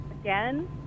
again